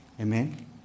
Amen